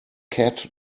cat